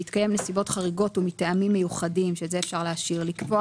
בהתקיים נסיבות חריגות ומטעמים מיוחדים את זה אפשר להשאיר לקבוע